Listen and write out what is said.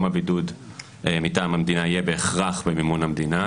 הבידוד מטעם המדינה יהיה בהכרח במימון המדינה.